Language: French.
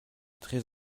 très